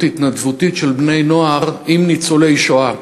התנדבותית של בני-נוער עם ניצולי השואה,